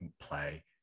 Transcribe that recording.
play